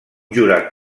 jurat